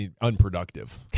unproductive